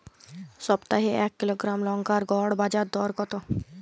সপ্তাহে এক কিলোগ্রাম লঙ্কার গড় বাজার দর কতো?